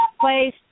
place